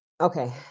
Okay